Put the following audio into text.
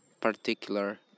particular